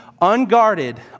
unguarded